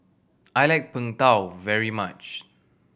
I like Png Tao very much